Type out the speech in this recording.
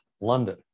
london